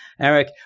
eric